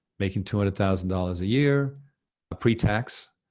making two hundred thousand dollars a year pre-tax,